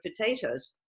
potatoes